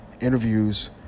interviews